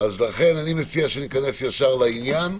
לכן אני מציע שניכנס ישר לעניין.